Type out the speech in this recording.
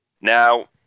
Now